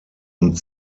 und